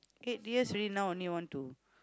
eight years already now only want to